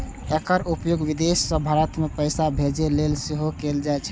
एकर उपयोग विदेश सं भारत मे पैसा भेजै लेल सेहो कैल जाइ छै